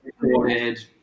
recorded